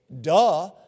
duh